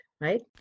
right